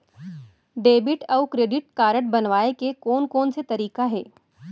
Debit अऊ credit card बनवाए के कोन कोन से तरीका हे?